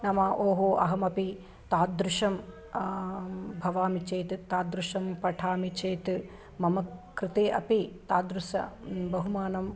नाम ओहो अहमपि तादृशं भवामि चेत् तादृशं पठामि चेत् मम कृते अपि तादृशं बहुमानम्